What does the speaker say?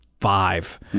five